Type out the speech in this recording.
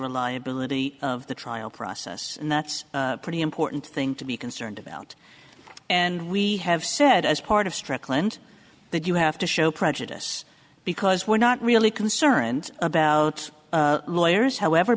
reliability of the trial process and that's pretty important thing to be concerned about and we have said as part of strickland that you have to show prejudice because we're not really concerned about lawyers however